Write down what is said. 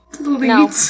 No